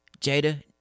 Jada